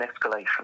escalation